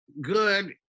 good